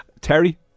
Terry